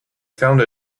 found